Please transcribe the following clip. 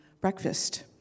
Breakfast